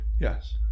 Yes